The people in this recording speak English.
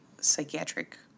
psychiatric